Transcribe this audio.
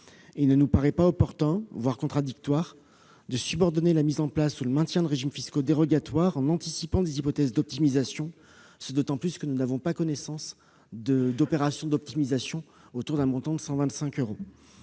Il nous paraît inopportun, pour ne pas dire contradictoire, de subordonner la mise en place ou le maintien de régimes fiscaux dérogatoires en anticipant des hypothèses d'optimisation, et ce d'autant plus que nous n'avons pas connaissance d'opérations d'optimisation autour d'un montant de 125 euros.